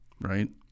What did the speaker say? Right